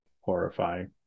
horrifying